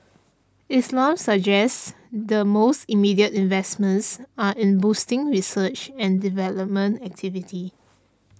Islam suggests the most immediate investments are in boosting research and development activity